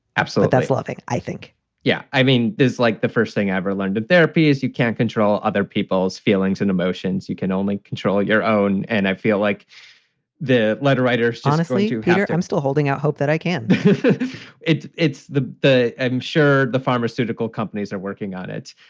absolute. that's loving, i think yeah. i mean, is like the first thing i ever learned in therapy is you can't control other people's feelings and emotions. you can only control your own. and i feel like the letter writer honestly to here i'm still holding out hope that i can it's the the i'm sure the pharmaceutical companies are working on it,